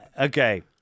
Okay